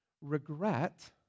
regret